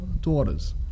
daughters